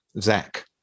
Zach